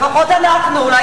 לפחות אנחנו.